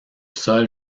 sol